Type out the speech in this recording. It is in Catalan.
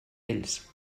ells